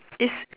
it's